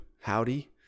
howdy